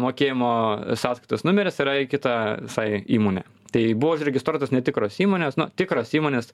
mokėjimo sąskaitos numeris yra į kitą visai įmonę tai buvo užregistruotos netikros įmonės na tikros įmonės